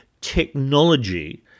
technology